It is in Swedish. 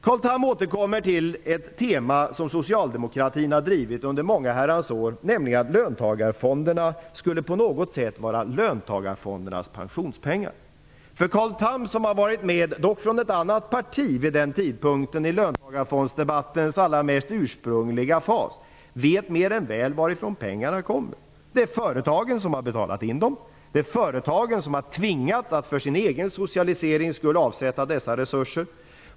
Carl Tham återkommer till ett tema som socialdemokratin har drivit under många herrans år, nämligen att löntagarfonderna skulle på något sätt vara löntagarnas pensionspengar. Carl Tham, som har varit med - dock från ett annat parti - i löntagarfondsdebattens allra mest ursprungliga fas, vet mer än väl varifrån pengarna kommer. Det är företagen som har betalat in dem. Det är företagen som har tvingats att för sin egen socialiserings skull avsätta dessa resurser.